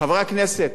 חברי הכנסת,